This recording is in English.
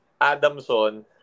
Adamson